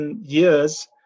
years